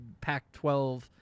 Pac-12